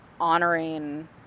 honoring